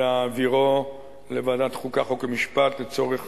ולהעבירה לוועדת החוקה, חוק ומשפט לצורך